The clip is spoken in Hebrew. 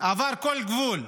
עבר כל גבול.